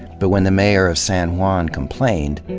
but when the mayor of san juan complained,